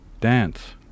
dance